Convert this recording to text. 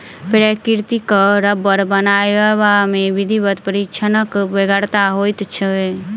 प्राकृतिक रबर बनयबा मे विधिवत प्रशिक्षणक बेगरता होइत छै